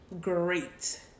Great